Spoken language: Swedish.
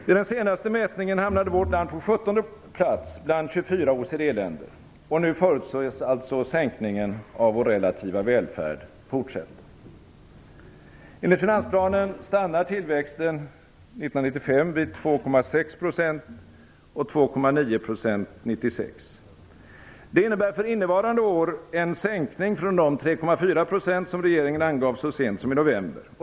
Vid den senaste mätningen hamnade vårt land på 17:e plats bland 24 OECD-länder. Och nu förutses alltså sänkningen av vår relativa välfärd fortsätta. Enligt finansplanen stannar tillväxten år 1995 vid 2,6 % och 2,9 % år 1996. Det innebär för innevarande år en sänkning från de 3,4 % som regeringen angav så sent som i november.